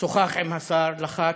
שוחח עם השר, לחץ,